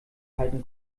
halten